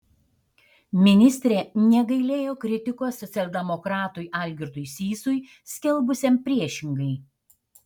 ministrė negailėjo kritikos socialdemokratui algirdui sysui skelbusiam priešingai